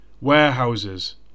warehouses